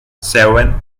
seven